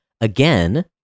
again